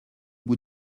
bout